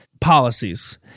policies